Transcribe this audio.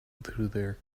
their